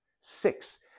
Six